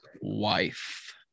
wife